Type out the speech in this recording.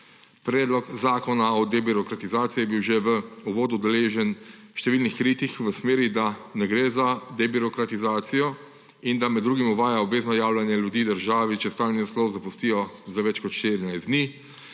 Predlog zakona o debirokratizaciji je bil že v uvodu deležen številnih kritik v smeri, da ne gre za debirokratizacijo in da med drugim uvaja obvezno javljanje ljudi državi, če stalni naslov zapustijo za več kot 14 dni.